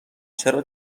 چرا